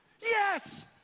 yes